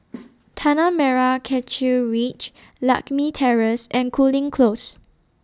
Tanah Merah Kechil Ridge Lakme Terrace and Cooling Close